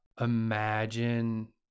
imagine